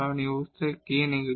এই অবস্থায় যখন k নেগেটিভ